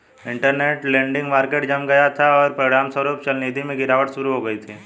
interbank lending market जम गया था, और परिणामस्वरूप चलनिधि में गिरावट शुरू हो गई थी